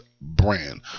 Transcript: brand